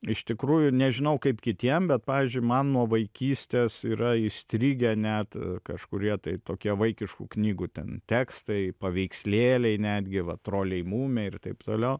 iš tikrųjų nežinau kaip kitiem bet pavyzdžiui man nuo vaikystės yra įstrigę net kažkurie tai tokie vaikiškų knygų ten tekstai paveikslėliai netgi va troliai mumiai ir taip toliau